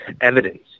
evidence